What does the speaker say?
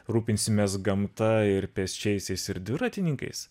rūpinsimės gamta ir pėsčiaisiais ir dviratininkais